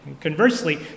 Conversely